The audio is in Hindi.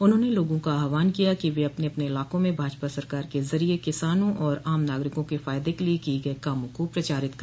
उन्होंने लोगों का आहवान किया कि वह अपने अपने इलाकों में भाजपा सरकार के जरिये किसानों और आम नागरिकों के फायदे के लिए किये गये कामों को प्रचारित कर